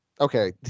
Okay